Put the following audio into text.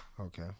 Okay